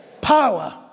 Power